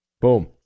Boom